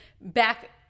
Back